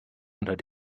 unter